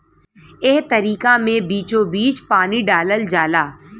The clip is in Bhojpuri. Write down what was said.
एह तरीका मे बीचोबीच पानी डालल जाला